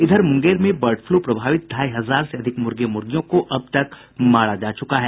इधर मूंगेर में bird flu प्रभावित ढ़ाई हजार से अधिक मूर्गे मूर्गियों को अब तक मारा जा चूका है